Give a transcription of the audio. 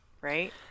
right